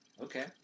okay